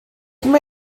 mae